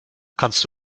kannst